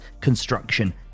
construction